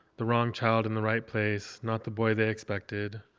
the wrong child in the right place, not the boy they expected.